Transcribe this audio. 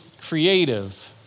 creative